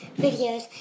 videos